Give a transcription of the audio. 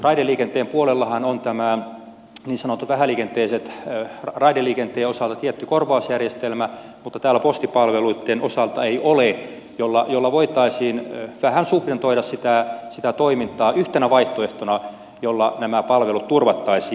raideliikenteen puolellahan on tämän niin sanotun vähäliikenteisen raideliikenteen osalta tietty korvausjärjestelmä mutta täällä postipalveluitten osalta ei ole sellaista millä voitaisiin vähän subventoida sitä toimintaa yhtenä vaihtoehtona jolla nämä palvelut turvattaisiin